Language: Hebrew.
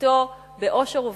בתו באושר ובשמחה.